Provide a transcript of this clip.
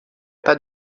pas